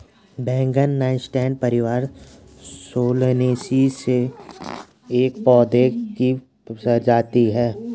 बैंगन नाइटशेड परिवार सोलानेसी में एक पौधे की प्रजाति है